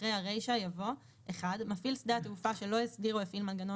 אחרי הרישה יבוא: מפעיל שדה תעופה שלא הסדיר או הפעיל מנגנון